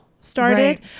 started